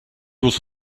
was